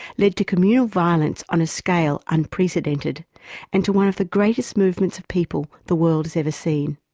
led to communal violence on a scale unprecedented and to one of the greatest movements of people the world has ever seen.